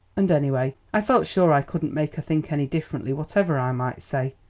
and anyway i felt sure i couldn't make her think any differently whatever i might say.